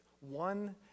one